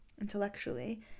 intellectually